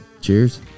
Cheers